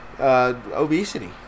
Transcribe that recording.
Obesity